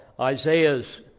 Isaiah's